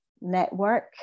network